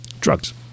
drugs